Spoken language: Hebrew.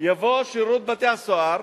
יבוא שירות בתי-הסוהר